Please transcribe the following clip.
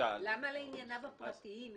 אבל למה על ענייניו הפרטיים?